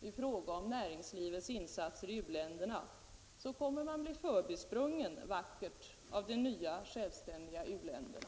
i fråga om näringslivets insatser i u-länderna, så kommer man att bli förbisprungen vackert av de nya självständiga u-länderna.